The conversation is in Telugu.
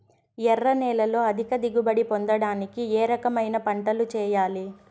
ఎర్ర నేలలో అధిక దిగుబడి పొందడానికి ఏ రకమైన పంటలు చేయాలి?